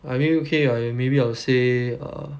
I mean okay ya maybe I'll say err